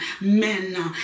men